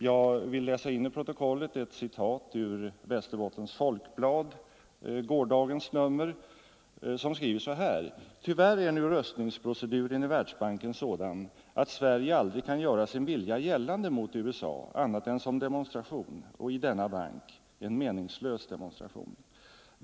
Jag vill till protokollet läsa in ett citat ur Västerbottens Folkblad, gårdagens nummer: ”Tyvärr är nu röstningsproceduren i Världsbanken sådan att Sverige aldrig kan göra sin vilja gällande mot USA annat än som demonstration och i denna bank, en meningslös demonstration.